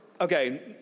Okay